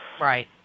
Right